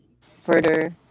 further